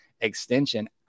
extension